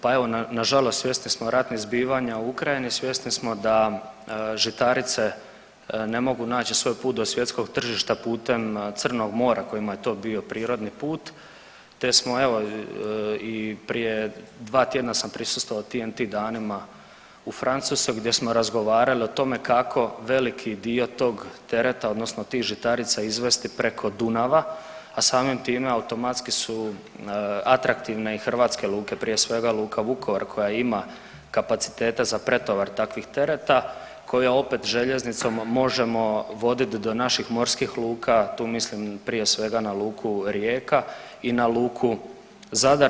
Pa evo nažalost svjesni smo ratnih zbivanja u Ukrajini, svjesni smo da žitarice ne mogu naći svoj put do svjetskog tržišta putem Crnog mora kojima je to bio prirodni put te smo evo i prije 2 tjedna sam prisustvovao TEN-T danima u ... gdje smo razgovarali o tome kako veliki dio tog tereta, odnosno tih žitarica izvesti preko Dunava, a samim time automatski su atraktivne i hrvatske luke, prije svega Luka Vukovar koja ima kapaciteta za pretovar takvih tereta, koje opet, željeznicom možemo vodit do naših morskih luka, tu mislim prije svega na Luku Rijeka i na Luku Zadar.